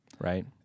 right